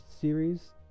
series